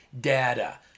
data